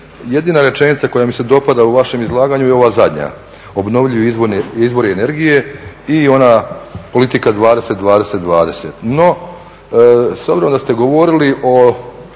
Jedina rečenica koja mi se dopada u vašem izlaganju je ova zadnja. Obnovljivi izvori energije i ona politika 20-20-20. No, s obzirom da ste govorili o,